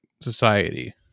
society